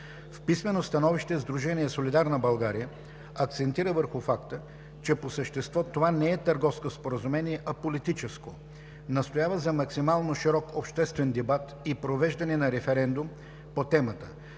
„Солидарна България“ акцентира върху факта, че по същество това не е търговско споразумение, а политическо. Настоява за максимално широк обществен дебат и провеждане на референдум по темата.